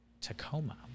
Tacoma